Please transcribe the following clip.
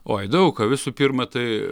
oi daug ką visų pirma tai